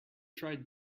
tried